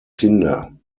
kinder